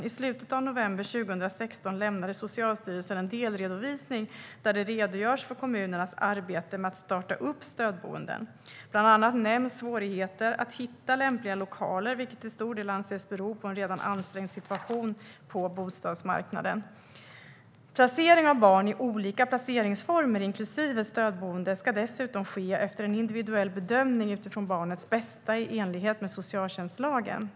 I slutet av november 2016 lämnade Socialstyrelsen en delredovisning där det redogörs för kommunernas arbete med att starta upp stödboenden. Bland annat nämns svårigheter att hitta lämpliga lokaler, vilket till stor del anses bero på en redan ansträngd situation på bostadsmarknaden. Placering av barn i olika placeringsformer, inklusive stödboende, ska dessutom ske efter en individuell bedömning utifrån barnets bästa, i enlighet med socialtjänstlagen.